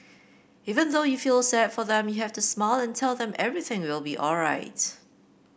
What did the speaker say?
even though you feel sad for them you have to smile and tell them everything will be alright